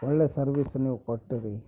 ಒಳ್ಳೆಯ ಸರ್ವೀಸ್ ನೀವು ಕೊಟ್ಟಿರಿ